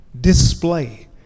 display